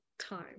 time